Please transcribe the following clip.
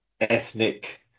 ethnic